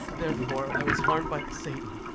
therefore, i was harmed by satan.